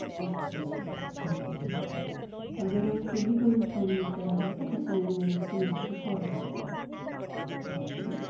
ਅੱਛਾ ਜੀ ਠੀਕ ਹੈ ਜੀ ਅਗਰ ਫਿਰ ਵੀ ਕੋਈ ਤੁਹਾਨੂੰ ਮੁਸ਼ਕਿਲ ਆਵੇ ਤਾਂ ਤੁਸੀਂ ਮੈਨੂੰ ਮੇਰੇ ਇਸ ਨੰਬਰ 'ਤੇ ਕਾਲ ਕਰ ਲੈਣਾ ਥੈਂਕਯੂ